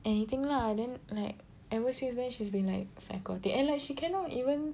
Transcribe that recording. anything lah then like ever since then she's been like psychotic and like she cannot even